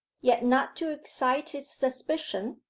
yet, not to excite his suspicion,